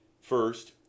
First